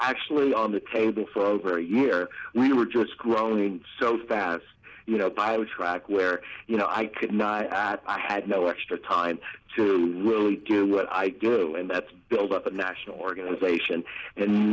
actually on the table for over a year we were just growing so fast you know by a track where you know i could not that i had no extra time to really do what i do and that's build up a national organization